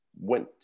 went